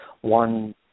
one